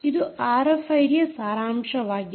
ಇದು ಆರ್ಎಫ್ಐಡಿ ಯ ಸಾರಾಂಶವಾಗಿದೆ